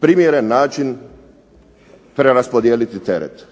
primjeren način preraspodijeliti teret.